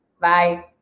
Bye